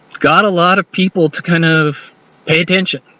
got a lot of people to kind of pay attention.